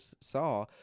saw